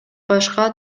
башка